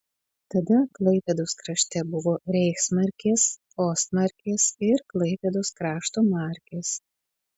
tada klaipėdos krašte buvo reichsmarkės ostmarkės ir klaipėdos krašto markės